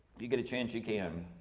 you get a chance you can.